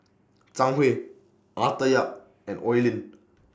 Zhang Hui Arthur Yap and Oi Lin